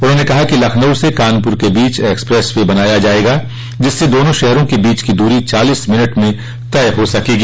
उन्होंने कहा कि लखनऊ से कानपुर के बीच एक्सप्रेस वे बनाया जायेगा जिससे दोनों शहरों के बीच की दूरी चालीस मिनट में तय हो सकेगी